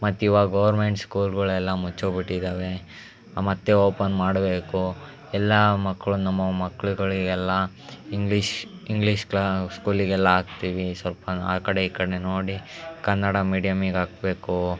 ಮತ್ತು ಇವಾಗ ಗೋರ್ಮೆಂಟ್ ಸ್ಕೂಲ್ಗಳೆಲ್ಲ ಮುಚ್ಚೋಗಿಬಿಟ್ಟಿದಾವೆ ಮತ್ತೆ ಓಪನ್ ಮಾಡಬೇಕು ಎಲ್ಲ ಮಕ್ಕಳು ನಮ್ಮ ಮಕ್ಳುಗಳಿಗೆಲ್ಲ ಇಂಗ್ಲೀಷ್ ಇಂಗ್ಲೀಷ್ ಕ್ಲಾಸ್ ಸ್ಕೂಲಿಗೆಲ್ಲ ಹಾಕ್ತೀವಿ ಸ್ವಲ್ಪ ಆ ಕಡೆ ಈ ಕಡೆ ನೋಡಿ ಕನ್ನಡ ಮೀಡಿಯಮ್ಮಿಗೆ ಹಾಕಬೇಕು